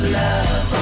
love